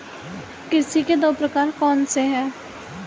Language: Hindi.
कृषि के दो प्रकार कौन से हैं?